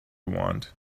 want